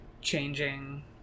changing